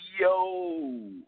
yo